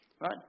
Right